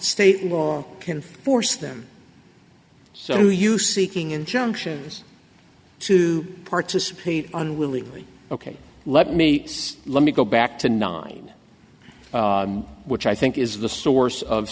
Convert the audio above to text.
state law can force them so you use seeking injunctions to participate unwillingly ok let me let me go back to nine which i think is the source of